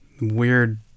weird